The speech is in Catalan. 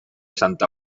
santa